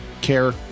care